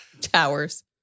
Towers